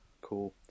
cool